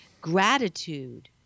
gratitude